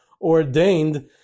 ordained